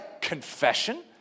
confession